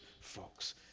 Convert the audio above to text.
folks